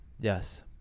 Yes